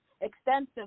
extensive